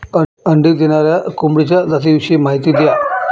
अंडी देणाऱ्या कोंबडीच्या जातिविषयी माहिती द्या